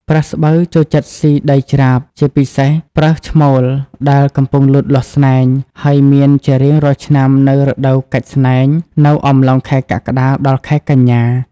ប្រើសស្បូវចូលចិត្តស៊ីដីច្រាប ជាពិសេសប្រើសឈ្មោលដែលកំពុងលូតលាស់ស្នែង ហើយមានជារៀងរាល់ឆ្នាំនៅរដូវកាច់ស្តែងនៅអំឡុងខែកក្កដា ដល់ខែកញ្ញា។